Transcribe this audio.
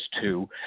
two